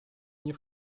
nie